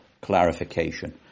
clarification